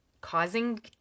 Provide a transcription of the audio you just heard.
causing